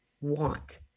want